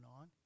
on